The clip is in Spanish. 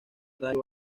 rayo